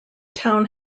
town